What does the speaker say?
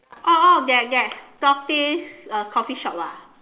oh oh that that tortoise uh coffee shop ah